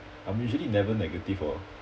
I'm usually never negative oh